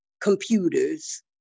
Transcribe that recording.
computers